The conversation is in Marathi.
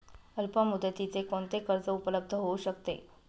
अल्पमुदतीचे कोणते कर्ज उपलब्ध होऊ शकते?